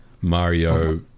Mario